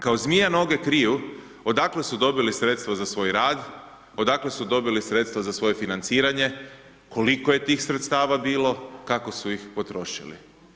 Kao zmija noge kriju odakle su dobili sredstva za svoj rad, odakle su dobili sredstva za svoje financiranje, koliko je tih sredstava bilo, kako su ih potrošili.